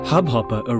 Hubhopper